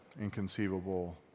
inconceivable